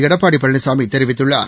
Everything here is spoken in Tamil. எடப்பாடி பழனிசாமி தெரிவித்துள்ளார்